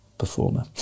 performer